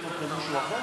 שאילתות למשהו אחר?